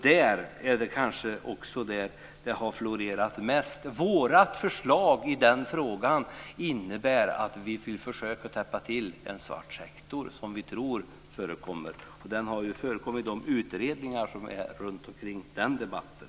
Det är kanske också där som det här har florerat mest. Vårt förslag i den här frågan är ett försök att få stopp för en svart sektor som vi tror förekommer. Den har också uppmärksammats i de utredningar som bedrivs på det området.